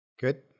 Good